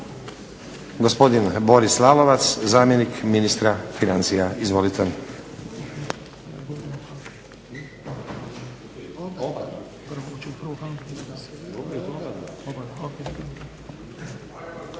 Gospodin Boris Lalovac, zamjenik ministra financija. Izvolite.